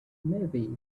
maybe